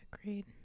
Agreed